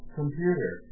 computer